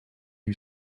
you